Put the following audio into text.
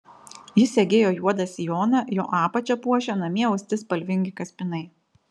ji segėjo juodą sijoną jo apačią puošė namie austi spalvingi kaspinai